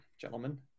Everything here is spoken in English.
gentlemen